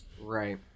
right